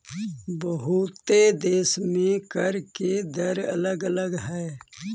बहुते देश में कर के दर अलग अलग हई